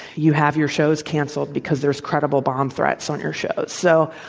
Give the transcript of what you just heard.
you have your shows canceled because there's credible bomb threats on your show. so,